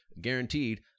guaranteed